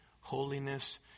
holiness